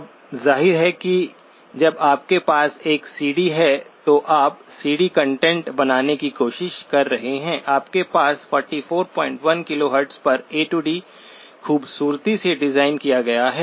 अब जाहिर है जब आपके पास एक सीडी है तो आप सीडी कंटेंट बनाने की कोशिश कर रहे हैं आपके पास 441 KHz पर ए डी ADखूबसूरती से डिज़ाइन किया गया है